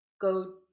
go